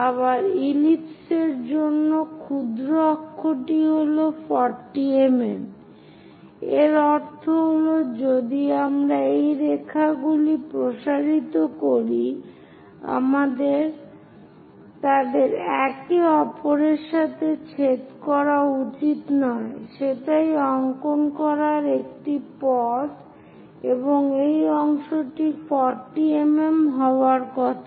আবার ইলিপস এর জন্য ক্ষুদ্র অক্ষটি হল 40 mm এর অর্থ হল যদি আমরা এই রেখাগুলি প্রসারিত করি তাদের একে অপরের সাথে ছেদ করা উচিত নয় সেটাই অংকন করার একটি পথ এবং এই অংশটি 40 mm হওয়ার কথা